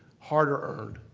harder earned.